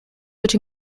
which